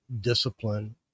discipline